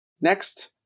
Next